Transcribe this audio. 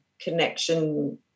connection